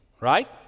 right